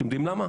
אתם יודעים למה?